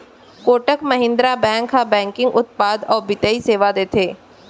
Kotak Mahindra bank ह banking उत्पाद अउ बित्तीय सेवा देथे